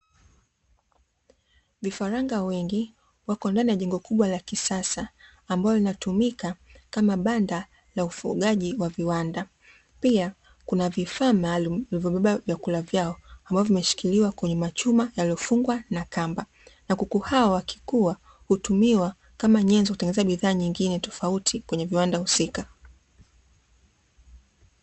Vifaranga wengi wako ndani ya jengo kubwa la kisasa, ambalo linatumika kama banda la ufugaji wa viwanda. Pia kuna vifaa maalumu vilivyobeba vyakula vyao, ambavyo vimeshikiliwa kwenye machuma yaliyofungwa na kamba. Na kuku hawa wakikua hutumiwa kama nyenzo kutengeneza bidhaa nyingine tofauti kwenye viwanda husika.